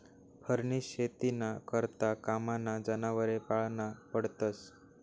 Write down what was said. फरनी शेतीना करता कामना जनावरे पाळना पडतस